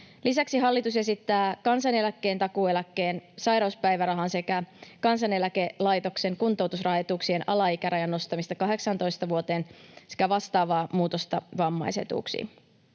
Lisäksi hallitus esittää kansaneläkkeen, takuueläkkeen, sairauspäivärahan sekä Kansaneläkelaitoksen kuntoutusrahaetuuksien alaikärajan nostamista 18 vuoteen sekä vastaavaa muutosta vammaisetuuksiin.